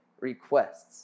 requests